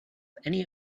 any